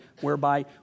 whereby